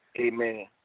Amen